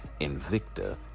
Invicta